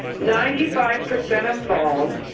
ninety five percent of falls